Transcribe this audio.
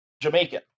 Jamaican